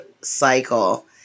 cycle